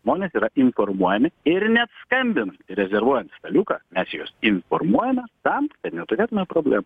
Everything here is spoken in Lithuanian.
žmonės yra informuojami ir net skambina rezervuojant staliuką mes juos informuojame tam kad neturėtume problemų